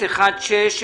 8016,